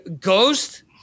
Ghost